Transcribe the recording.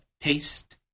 taste